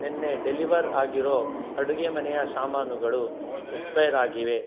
ನಿನ್ನೆ ಡೆಲಿವರ್ ಆಗಿರೋ ಅಡುಗೆ ಮನೆಯ ಸಾಮಾನುಗಳು ಎಕ್ಸ್ಪೈರ್ ಆಗಿವೆ